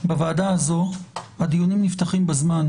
בוועדה זו הדיונים נפתחים בזמן.